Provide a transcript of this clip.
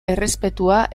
errespetua